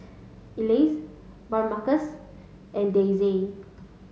Elease Damarcus and Daisey